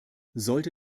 sollte